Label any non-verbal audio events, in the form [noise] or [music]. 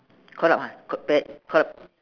call out what [noise] call